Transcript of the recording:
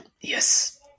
Yes